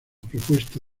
propuesta